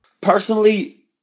Personally